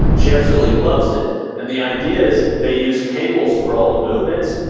she absolutely loves it and the idea is they use cables for all the movements.